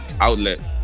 outlet